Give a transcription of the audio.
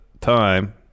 time